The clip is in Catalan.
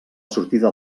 sortida